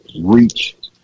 reach